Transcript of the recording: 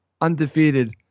undefeated